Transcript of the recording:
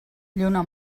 lluna